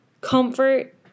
comfort